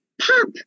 pop